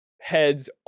heads